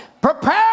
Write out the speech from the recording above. Prepare